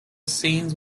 scenes